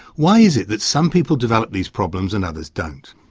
why is it that some people develop these problems and others don't?